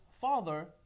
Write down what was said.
Father